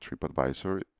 TripAdvisor